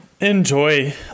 enjoy